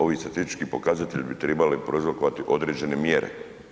Ovi statistički pokazatelji bi tribali prouzrokovati određene mjere.